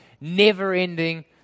never-ending